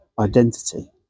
identity